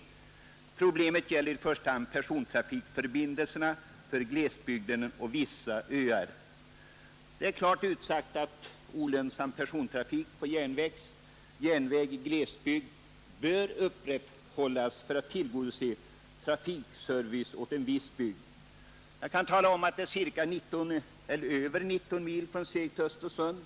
Problemet gäller i första hand persontrafikförbindelserna för glesbygderna och vissa öar.” Det är klart utsagt att olönsam persontrafik på järnväg i glesbygd bör upprätthållas för att tillgodose trafikservice åt en viss bygd. Det är över 19 mil från Sveg till Östersund.